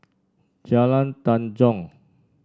Jalan Tanjong